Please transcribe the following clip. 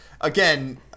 again